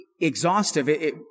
exhaustive